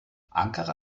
ankara